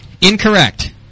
Incorrect